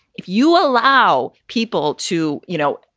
if you allow people to, you know,